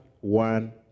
one